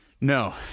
No